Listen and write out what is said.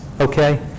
Okay